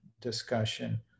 discussion